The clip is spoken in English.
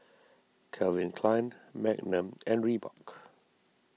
Calvin Klein Magnum and Reebok